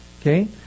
okay